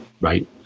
Right